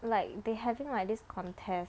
like they having like this contest